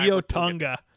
Tonga